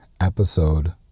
episode